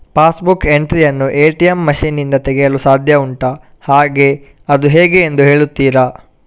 Pass book entry ATM ಎ.ಟಿ.ಎಂ ಮಷೀನ್ ನಿಂದ ತೆಗೆಯಲು ಸಾಧ್ಯ ಉಂಟಾ ಹಾಗೆ ಅದು ಹೇಗೆ ಎಂದು ಹೇಳುತ್ತೀರಾ?